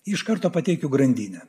iš karto pateikiu grandinę